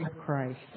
Christ